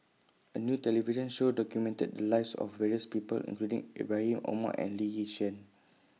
A New television Show documented The Lives of various People including Ibrahim Omar and Lee Yi Shyan